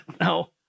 no